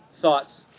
thoughts